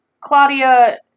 Claudia